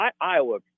Iowa